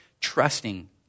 trusting